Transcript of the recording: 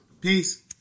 Peace